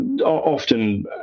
often